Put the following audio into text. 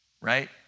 right